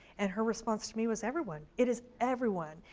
and her response to me was everyone. it is everyone.